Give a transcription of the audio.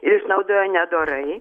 išnaudoja nedorai